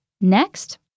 Next